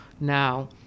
now